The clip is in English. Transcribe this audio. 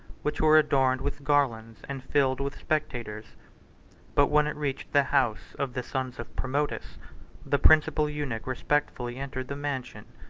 which were adorned with garlands, and filled with spectators but when it reached the house of the sons of promotus the principal eunuch respectfully entered the mansion,